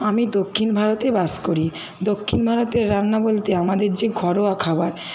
আমি দক্ষিণ ভারতে বাস করি দক্ষিণ ভারতের রান্না বলতে আমাদের যে ঘরোয়া খাবার